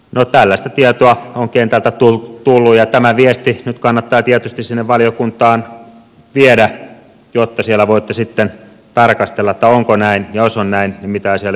no tällaista tietoa on kentältä tullut ja tämä viesti nyt kannattaa tietysti sinne valiokuntaan viedä jotta siellä voitte sitten tarkastella onko näin ja jos on näin niin mitä asialle pitää tehdä